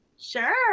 Sure